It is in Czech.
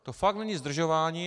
To fakt není zdržování.